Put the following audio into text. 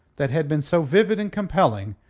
that had been so vivid and compelling,